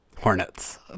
Hornets